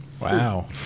Wow